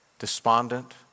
Despondent